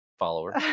followers